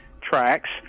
tracks